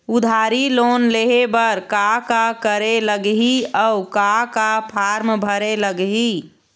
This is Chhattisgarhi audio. उधारी लोन लेहे बर का का करे लगही अऊ का का फार्म भरे लगही?